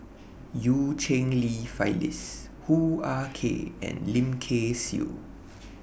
EU Cheng Li Phyllis Hoo Ah Kay and Lim Kay Siu